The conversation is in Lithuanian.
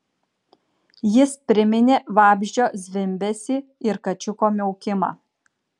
jis priminė vabzdžio zvimbesį ir kačiuko miaukimą